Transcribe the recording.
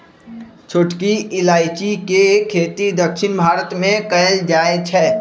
छोटकी इलाइजी के खेती दक्षिण भारत मे कएल जाए छै